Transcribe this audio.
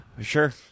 Sure